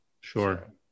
Sure